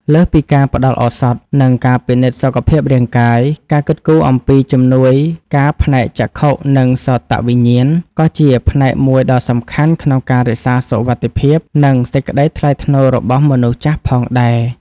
លើសពីការផ្ដល់ឱសថ និងការពិនិត្យសុខភាពរាងកាយ ការគិតគូរអំពី ជំនួយការផ្នែកចក្ខុ និងសោតវិញ្ញាណ ក៏ជាផ្នែកមួយដ៏សំខាន់ក្នុងការរក្សាសុវត្ថិភាព និងសេចក្តីថ្លៃថ្នូររបស់មនុស្សចាស់ផងដែរ។